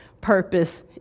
purpose